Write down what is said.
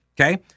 Okay